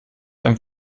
ein